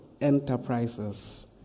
enterprises